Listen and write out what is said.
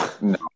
No